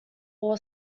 all